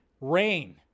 rain